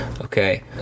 okay